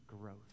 growth